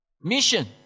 Mission